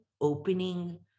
opening